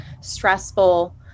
stressful